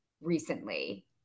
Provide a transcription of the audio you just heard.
recently